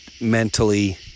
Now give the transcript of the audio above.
mentally